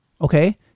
okay